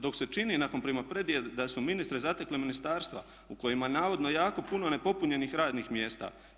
Dok se čini nakon primopredaje da su ministre zatekla ministarstva u kojima je navodno jako puno nepopunjenih radnih mjesta.